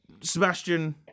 Sebastian